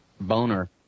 Boner